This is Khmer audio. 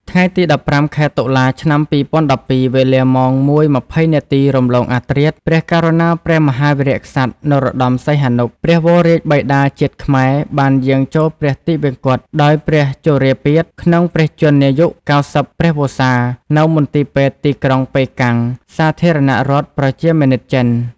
ថ្ងៃទី១៥ ខែតុលា ឆ្នាំ២០១២ វេលាម៉ោង ០១:២០ នាទីរំលងអធ្រាត្រ ព្រះករុណាព្រះមហាវីរក្សត្រ នរោត្ដម សីហនុ ព្រះវររាជបិតាជាតិខ្មែរ បានយាងចូលព្រះទីវង្គតដោយព្រះជរាពាធ ក្នុងព្រះជន្មាយុ ៩០ ព្រះវស្សា នៅមន្ទីរពេទ្យទីក្រុងប៉េកាំង សាធារណរដ្ឋប្រជាមានិតចិន។